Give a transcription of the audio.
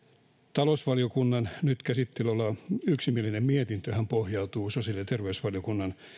talousvaliokunnan nyt käsittelyssä oleva yksimielinen mietintöhän pohjautuu sosiaali ja terveysvaliokunnan